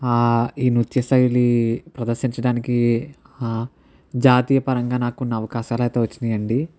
ఈ నృత్య శైలి ప్రదర్శించడానికి జాతీయ పరంగా నాకు కొన్ని అవకాశాలు అయితే వచ్చినాయి అండి